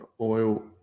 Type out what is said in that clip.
oil